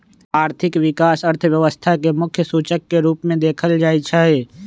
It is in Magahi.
आर्थिक विकास अर्थव्यवस्था के मुख्य सूचक के रूप में देखल जाइ छइ